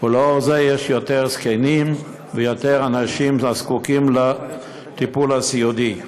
ובשל כך יש יותר זקנים ויותר אנשים הזקוקים לטיפול הסיעודי.